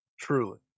Truly